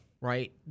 right